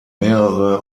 mehrere